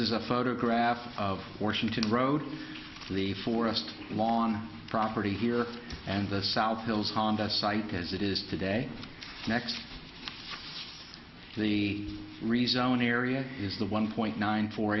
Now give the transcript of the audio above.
is a photograph of washington road the forest lawn property here and the south hills on that site as it is today next the rezone area is the one point nine four